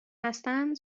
هستند